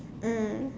mm